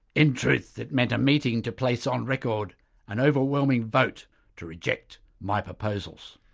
in truth it meant a meeting to place on record an overwhelming vote to reject my proposals.